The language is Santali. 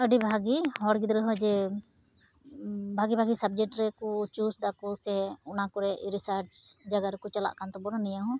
ᱟᱹᱰᱤ ᱵᱷᱟᱜᱮ ᱦᱚᱲ ᱜᱤᱫᱽᱨᱟᱹ ᱦᱚᱸ ᱡᱮ ᱵᱷᱟᱜᱮ ᱵᱷᱟᱜᱮ ᱥᱟᱵᱽᱡᱮᱠᱴ ᱨᱮᱠᱚ ᱪᱩᱥ ᱫᱟᱠᱩ ᱥᱮ ᱚᱱᱟᱠᱚᱨᱮ ᱨᱤᱥᱟᱨᱪ ᱡᱟᱜᱟᱨᱮ ᱠᱚ ᱪᱟᱞᱟᱜ ᱠᱟᱱ ᱛᱟᱵᱚᱱᱟ ᱱᱤᱭᱟᱹᱦᱚᱸ